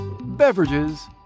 beverages